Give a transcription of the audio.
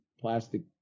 plastic